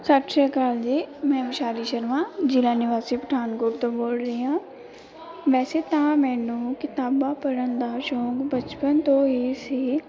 ਸਤਿ ਸ਼੍ਰੀ ਅਕਾਲ ਜੀ ਮੈਂ ਵਿਸ਼ਾਲੀ ਸ਼ਰਮਾ ਜਿਲ੍ਹਾ ਨਿਵਾਸੀ ਪਠਾਨਕੋਟ ਤੋਂ ਬੋਲ ਰਹੀ ਹਾਂ ਵੈਸੇ ਤਾਂ ਮੈਨੂੰ ਕਿਤਾਬਾਂ ਪੜ੍ਹਨ ਦਾ ਸ਼ੌਂਕ ਬਚਪਨ ਤੋਂ ਹੀ ਸੀ